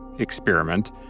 experiment